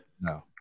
No